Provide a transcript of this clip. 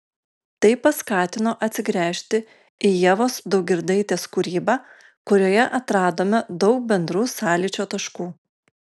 tai paskatino atsigręžti į ievos daugirdaitės kūrybą kurioje atradome daug bendrų sąlyčio taškų